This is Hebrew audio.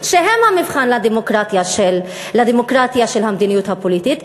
שהם המבחן לדמוקרטיה של המדיניות הפוליטית.